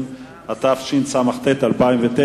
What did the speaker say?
התשס"ט 2009,